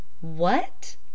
What